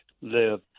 live